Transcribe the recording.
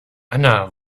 anna